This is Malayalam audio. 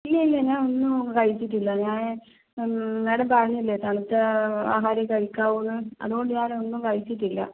ഇല്ല ഇല്ല ഞാൻ ഒന്നും കഴിച്ചിട്ടില്ല ഞാൻ മാഡം പറഞ്ഞില്ലേ തണുത്ത ആഹാരം കഴിക്കാവൂ എന്ന് അതുകൊണ്ട് ഞാൻ ഒന്നും കഴിച്ചിട്ടില്ല